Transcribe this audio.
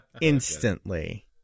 instantly